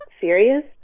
serious